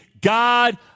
God